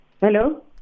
Hello